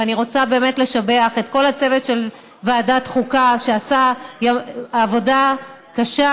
אני רוצה באמת לשבח את כל הצוות של ועדת חוקה שעשה עבודה קשה,